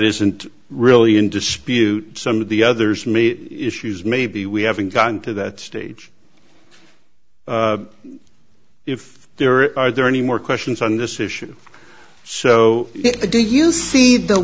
isn't really in dispute some of the others may issues maybe we haven't gotten to that stage if there are there any more questions on this issue so it do you see the